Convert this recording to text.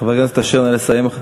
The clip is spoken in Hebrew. חבר הכנסת אשר, נא לסיים.